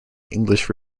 english